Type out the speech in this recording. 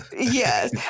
Yes